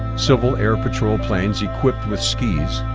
civil air patrol planes equipped with skies,